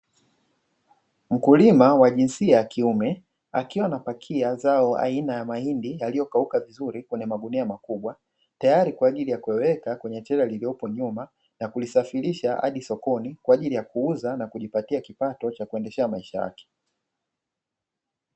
Mkulima wa jinsia ya kiume, akiwa anapakia zao aina ya mahindi yaliyokauka vizuri kwenye magunia makubwa, tayari kwa ajili ya kuyaweka kwenye trela lililopo nyuma na kulisafirisha hadi sokoni kwa ajili ya kuuza na kujipatia kipato cha kuendesheaa maisha yake.